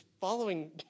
Following